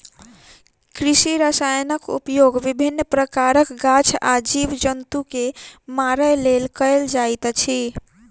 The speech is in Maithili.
कृषि रसायनक उपयोग विभिन्न प्रकारक गाछ आ जीव जन्तु के मारय लेल कयल जाइत अछि